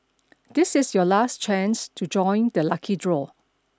this is your last chance to join the lucky draw